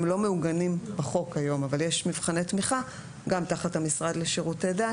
הם לא מעוגנים בחוק היום אבל יש מבחני תמיכה גם תחת המשרד לשירותי דת